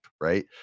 right